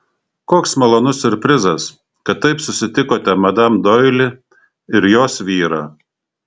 koks malonus siurprizas kad taip susitikote madam doili ir jos vyrą